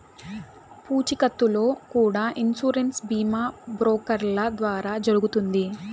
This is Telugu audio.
పూచీకత్తుతో కూడా ఇన్సూరెన్స్ బీమా బ్రోకర్ల ద్వారా జరుగుతుంది